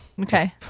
Okay